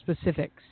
specifics